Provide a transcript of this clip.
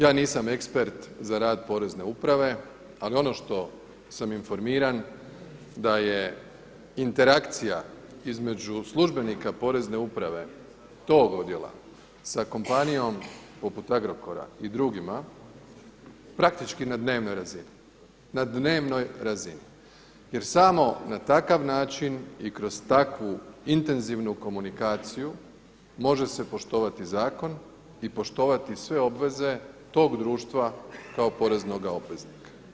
Ja nisam ekspert za rad Porezne uprave, ali ono što sam informiran da je interakcija između službenika Porezne uprave tog odjela sa kompanijom poput Agrokora i drugima praktičko na dnevnoj razini jer samo na takav način i kroz takvu intenzivnu komunikaciju može se poštovati zakon i poštovati sve obveze tog društva kao poreznoga obveznika.